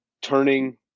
turning